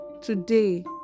today